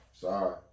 Sorry